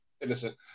innocent